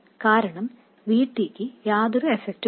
കാരണം V T ക്ക് യാതൊരു എഫെക്ടുമില്ല